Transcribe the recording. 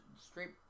straight